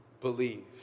believe